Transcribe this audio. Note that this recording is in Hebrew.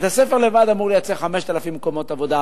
בית-הספר לבד אמור לייצר 5,000 מקומות עבודה.